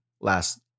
last